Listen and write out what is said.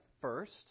first